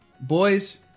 Boys